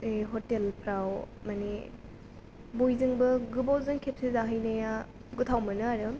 ऐ हटेलफ्राव माने बयजोंबो गोबावजों खेबसे जाहैनाया गोथाव मोनो आरो